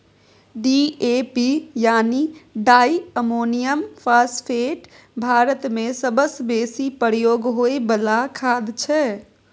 DAP यानी di ammonium phosphate भारतमे सबसँ बेसी प्रयोग होइ बला खाद छै